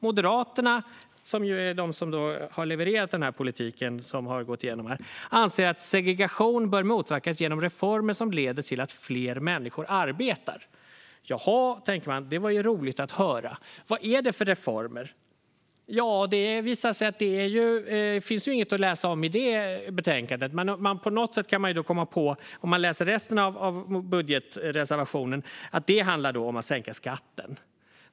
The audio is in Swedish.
Moderaterna, som har levererat politiken som har gått igenom, "anser att segregation bör motverkas genom reformer som leder till att fler människor arbetar". Jaha, tänker man, det var roligt att höra. Vad är det för reformer? Det står det inte något om i betänkandet. Om man läser resten av budgetreservationen kan man dock komma på att det handlar om att sänka skatten.